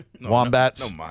wombats